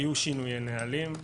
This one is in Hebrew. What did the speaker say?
היו שינויי נהלים,